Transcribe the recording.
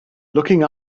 looking